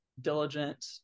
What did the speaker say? diligent